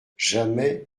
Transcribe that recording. jamais